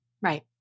Right